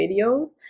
videos